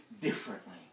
differently